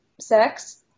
sex